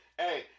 Hey